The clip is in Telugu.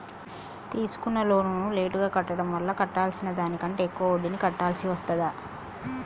తీసుకున్న లోనును లేటుగా కట్టడం వల్ల కట్టాల్సిన దానికంటే ఎక్కువ వడ్డీని కట్టాల్సి వస్తదా?